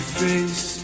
face